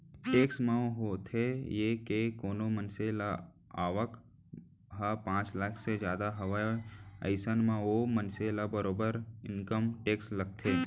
tax म होथे ये के कोनो मनसे के आवक ह पांच लाख ले जादा हावय अइसन म ओ मनसे ल बरोबर इनकम टेक्स लगथे